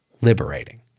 liberating